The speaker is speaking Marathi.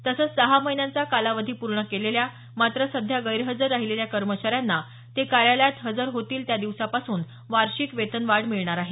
तसंच सहा महिन्यांचा कालावधी पूर्ण केलेल्या मात्र सध्या गैरहजर राहिलेल्या कर्मचाऱ्यांना ते कार्यालयात हजर होतील त्या दिवसापासून वार्षिक वेतनवाढ मिळणार आहे